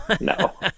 No